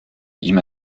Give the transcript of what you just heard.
ihm